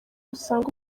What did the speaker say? usanga